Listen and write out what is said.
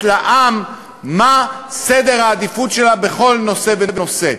לעם מה סדר העדיפות שלה בכל נושא ונושא.